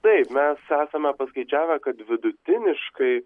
taip mes esame paskaičiavę kad vidutiniškai